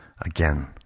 Again